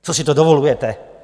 Co si to dovolujete?